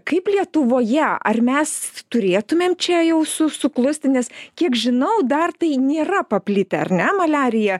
kaip lietuvoje ar mes turėtumėm čia jau su suklusti nes kiek žinau dar tai nėra paplitę ar ne maliarija